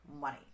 money